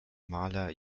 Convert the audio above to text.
maler